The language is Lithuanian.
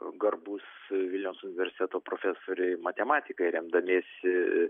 garbūs vilniaus universiteto profesoriai matematikai remdamiesi